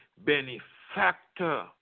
benefactor